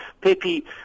Pepe